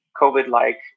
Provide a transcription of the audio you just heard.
COVID-like